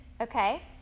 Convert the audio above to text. okay